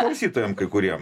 klausytojam kai kuriem